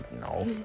No